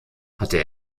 hatte